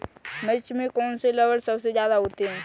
मिर्च में कौन से लक्षण सबसे ज्यादा होते हैं?